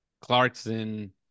Clarkson